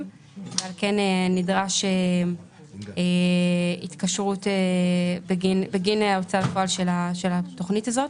ועל כן נדרשת התקשרות בגין ההוצאה לפועל של התוכנית הזאת.